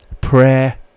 Prayer